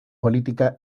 políticas